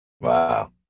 Wow